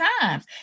times